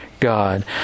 God